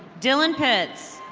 dylan pits.